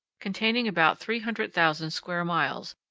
containing about three hundred thousand square miles,